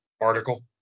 article